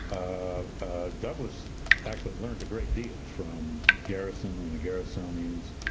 ah douglass actually learned a great deal from garrison and the garrisonians,